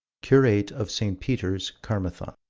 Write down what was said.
curate of st. peter's, carmathon.